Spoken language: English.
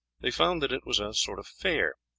they found that it was a sort of fair.